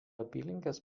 apylinkės